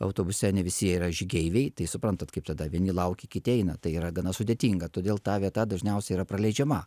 autobuse ne visi yra žygeiviai tai suprantat kaip tada vieni laukia kiti eina tai yra gana sudėtinga todėl ta vieta dažniausiai yra praleidžiama